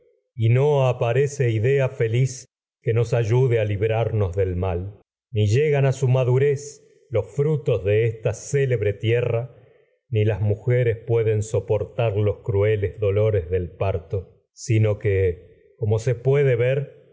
y no a aparece ni ni idea feliz a su que ayude librarnos del mal llegan las madurez los frutos de esta célebre tierra pueden como mujeres sino que soportar los crueles dolores del parto se puede ver